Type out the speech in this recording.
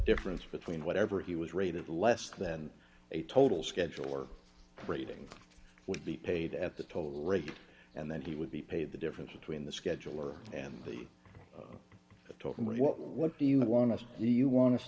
difference between whatever he was rated less than a total schedule or rating would be paid at the total rate and then he would be paid the difference between the scheduler and the talking with what do you want us to do you want us